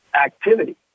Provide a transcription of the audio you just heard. activity